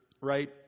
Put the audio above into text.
right